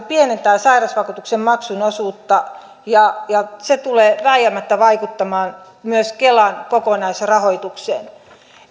pienentää sairausvakuutuksen maksun osuutta ja se tulee vääjäämättä vaikuttamaan myös kelan kokonaisrahoitukseen